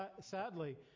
sadly